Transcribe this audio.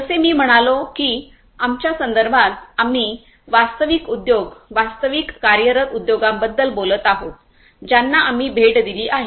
जसे मी म्हणालो की आमच्या संदर्भात आम्ही वास्तविक उद्योग वास्तविक कार्यरत उद्योगांबद्दल बोलत आहोत ज्यांना आम्ही भेट दिली आहे